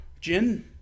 gin